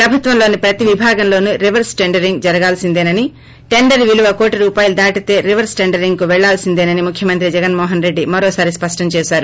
ప్రభుత్వంలోని ప్రతి విభాగంలోనూ reverse tendering జరగాల్పిందేనని tender విలువ కోటి రూపాయలు దాటితే రివర్స్ టెండరింగ్కు పెళ్లాల్పిందేనని ముఖ్యమంత్రి జగస్మోహస్రెడ్డి మరోసారి స్పష్టం చేశారు